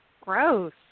gross